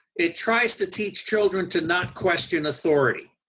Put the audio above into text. it tries to teach children to not question authority.